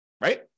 right